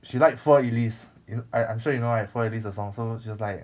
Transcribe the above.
she like four ellis you I'm I'm sure you know right four ellis the song so she was like